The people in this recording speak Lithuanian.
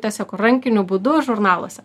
tiesiog rankiniu būdu žurnaluose